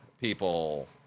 people